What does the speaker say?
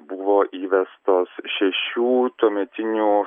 buvo įvestos šešių tuometinių